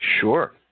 Sure